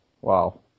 Wow